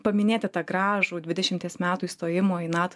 paminėti tą gražų dvidešimties metų įstojimo į nato